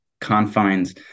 confines